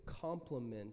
complement